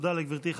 תודה לגברתי.